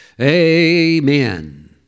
amen